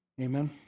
Amen